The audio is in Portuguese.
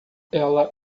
ela